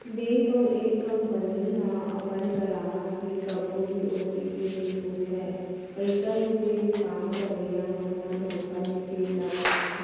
bank अउ app company ह अपन गराहक ले कभू भी ओ.टी.पी नइ पूछय, पइसा लुटे के काम करइया मन ह धोखा ले पिन ल पूछथे